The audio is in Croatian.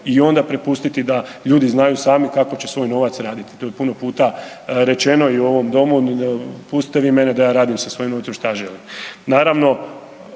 i onda prepustiti da ljudi znaju sami kako će svoj novac raditi. To je puno puta rečeno i u ovom domu, pustite vi mene da ja radim sa svojim novcem šta ja želim.